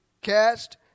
cast